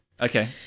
Okay